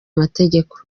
amategeko